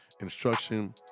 instruction